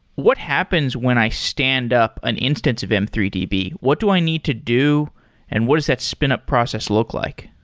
what happens when i stand up an instance of m three d b? what do i need to do and what is that spin up process look like?